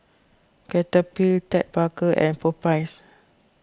Cetaphil Ted Baker and Popeyes